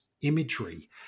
imagery